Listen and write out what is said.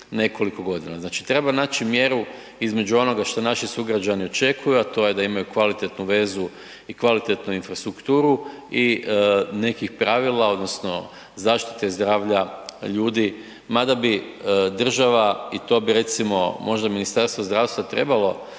nekoliko godina. Znači, treba naći mjeru između onoga što naši sugrađani očekuju, a to je da imaju kvalitetnu vezu i kvalitetnu infrastrukturu i nekih pravila, odnosno zaštite zdravlja ljudi, mada bi država, i to bi, recimo, možda Ministarstvo zdravstva trebalo